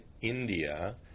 India